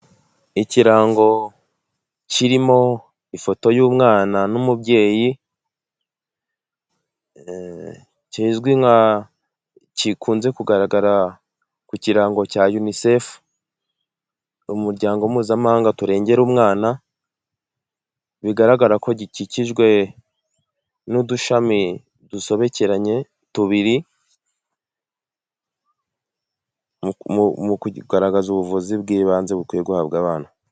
Ikirango kirimo ifoto y'umwana n'umubyeyi kizwi nka kikunze kugaragara ku kirango cya unicef umuryango mpuzamahanga turengera umwana, bigaragara ko gikikijwe n'udushami dusobekeranye tubiri mu kugaragaza ubuvuzi bw'ibanze bukwiye guhabwa abana.